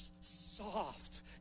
soft